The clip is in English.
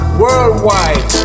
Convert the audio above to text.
worldwide